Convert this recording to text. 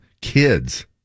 Kids